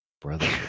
Brother